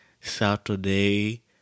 Saturday